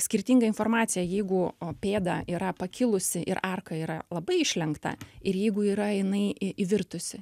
skirtinga informacija jeigu o pėda yra pakilusi ir arka yra labai išlenkta ir jeigu yra jinai į įvirtusi